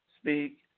speak